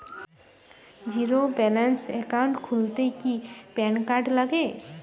Zero balance account খুলতে কি PAN card লাগে?